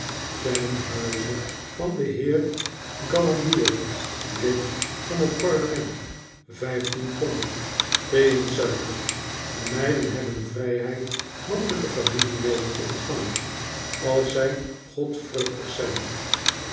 ten huize van den heer gallanbile lid van het parlement vijftien pond thee en suiker de meiden hebben vrijheid mannelijke familieleden te ontvangen als zij godvruchtig zijn